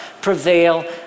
prevail